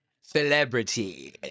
Celebrity